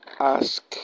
ask